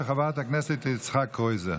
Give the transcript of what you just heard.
של חבר הכנסת יצחק קרויזר.